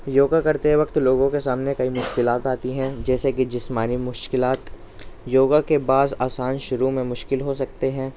یوگا کرتے وقت لوگوں کے سامنے کئی مشکلات آتی ہیں جیسے کہ جسمانی مشکلات یوگا کے بعض آسان شروع میں مشکل ہو سکتے ہیں